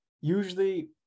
usually